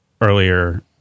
earlier